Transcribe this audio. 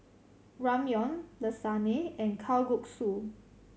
Ramyeon Lasagne and Kalguksu